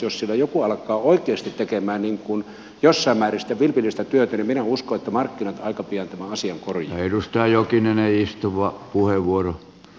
jos siellä joku alkaa oikeasti tekemään jossain määrin sitä vilpillistä työtä niin minä uskon että markkinat aika pian tämän asian korjaavat